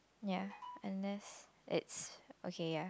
ya and this it's okay ya